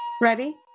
Ready